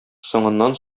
соңыннан